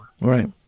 Right